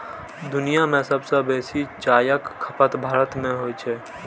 दुनिया मे सबसं बेसी चायक खपत भारत मे होइ छै